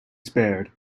spared